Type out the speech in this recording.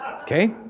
okay